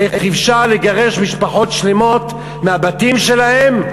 איך אפשר לגרש משפחות שלמות מהבתים שלהן,